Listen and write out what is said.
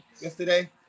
yesterday